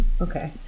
Okay